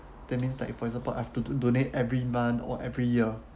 that means like for example I have to donate every month or every year